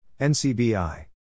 NCBI